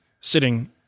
sitting